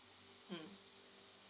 mm